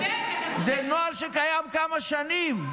זה נוהל שקיים כמה שנים.